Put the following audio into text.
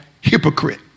hypocrite